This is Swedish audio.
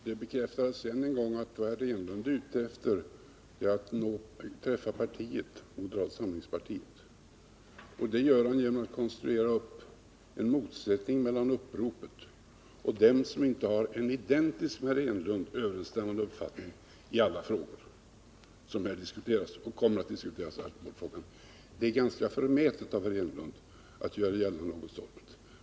Herr talman! Det bekräftades än en gång att vad herr Enlund är ute efter är att träffa moderata samlingspartiet. Det gör han genom att konstruera upp en motsättning mellan uppropet och dem som inte har en med herr Enlund identiskt överensstämmande uppfattning i alla de frågor som här diskuterats och kommer att diskuteras. Det är ganska förmätet av herr Enlund.